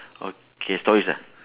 okay stories ah